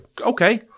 Okay